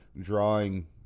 drawing